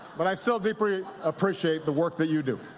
but i still deeply appreciate the work that you do.